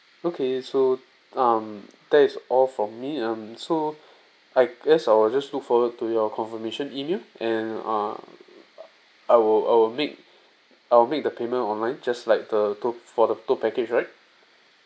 okay so um that's all for me um so I guess I will just look forward to your confirmation email and uh I will I will make I will make the payment online just like the tour for the tour package right